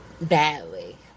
badly